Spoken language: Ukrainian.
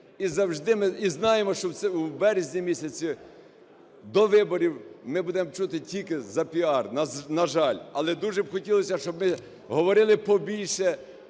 ми знаємо, що в березні місяці до виборів ми будемо чути тільки за піар, на жаль. Але дуже б хотілося, щоб ми говорили побільше